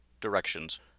directions